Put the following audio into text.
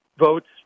votes